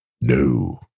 No